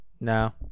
No